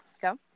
go